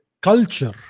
culture